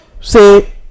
say